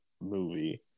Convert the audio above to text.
movie